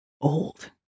old